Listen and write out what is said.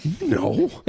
No